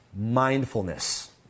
Mindfulness